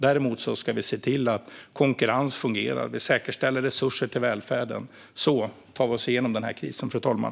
Däremot ska vi se till att konkurrensen fungerar och säkerställa resurser till välfärden. Så tar vi oss igenom den här krisen, fru talman.